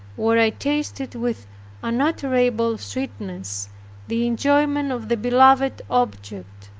where i tasted with unutterable sweetness the enjoyment of the beloved object.